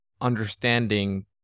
understanding